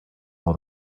all